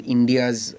India's